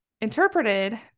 interpreted